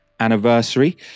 Anniversary